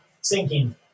sinking